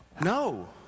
No